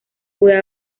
puede